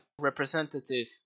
representative